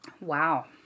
Wow